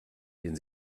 den